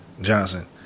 Johnson